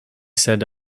said